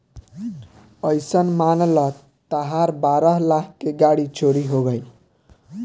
अइसन मान ल तहार बारह लाख के गाड़ी चोरी हो गइल